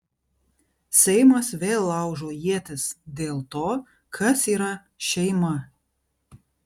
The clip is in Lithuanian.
seimas vėl laužo ietis dėl to kas yra šeima